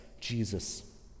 Jesus